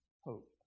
hope